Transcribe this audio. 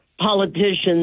politicians